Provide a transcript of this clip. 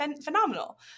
phenomenal